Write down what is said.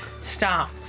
Stop